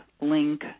Link